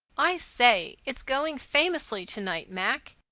i say! it's going famously to-night, mac.